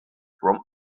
from